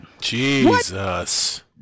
Jesus